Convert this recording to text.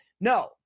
No